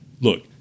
Look